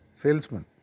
salesman